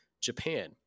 Japan